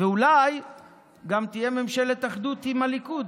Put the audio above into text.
ואולי גם תהיה ממשלת אחדות עם הליכוד,